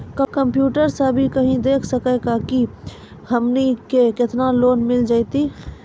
Computer सा भी कही देख सकी का की हमनी के केतना लोन मिल जैतिन?